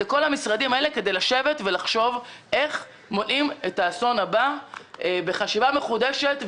כל זאת על מנת לחשוב איך מונעים את האסון הבא בחשיבה מחודשת.